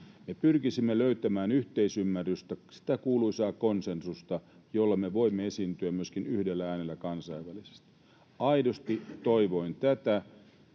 ja pyrkisimme löytämään yhteisymmärrystä, sitä kuuluisaa konsensusta, jolla me voimme esiintyä yhdellä äänellä myöskin kansainvälisesti. Aidosti toivoin tätä.